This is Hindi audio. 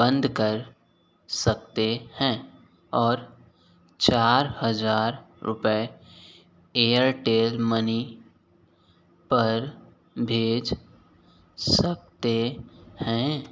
बंद कर सकते हैं और चार हज़ार रुपये एयरटेल मनी पर भेज सकते हैं